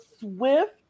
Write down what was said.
Swift